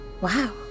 Wow